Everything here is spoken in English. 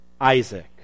Isaac